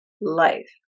life